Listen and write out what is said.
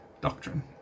doctrine